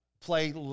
play